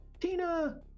Tina